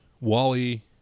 Wally